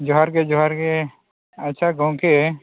ᱡᱚᱦᱟᱨ ᱜᱮ ᱡᱚᱦᱟᱨ ᱜᱮ ᱟᱪᱪᱷᱟ ᱜᱚᱢᱠᱮ